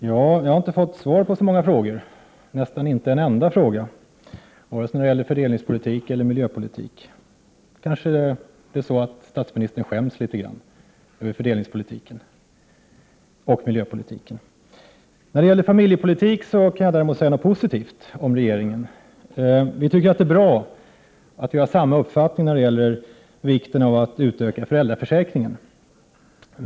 Herr talman! Jag har knappast fått svar på en enda fråga, vare sig när det gäller fördelningspolitiken eller miljöpolitiken. Statsministern kanske skäms litet grand över fördelningspolitiken och miljöpolitiken. När det gäller familjepolitiken kan jag däremot säga något positivt om regeringen. Vii miljöpartiet tycker att det är bra att vi har samma uppfattning när det gäller vikten av att utöka föräldraförsäkringen.